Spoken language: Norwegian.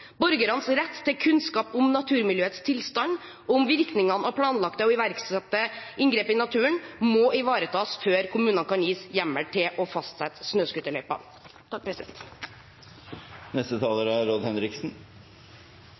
Borgernes rett til kunnskap om naturmiljøets tilstand og om virkningene av planlagte og iverksatte inngrep i naturen må ivaretas før kommunene kan gis hjemmel til å fastsette snøscooterløyper. Det er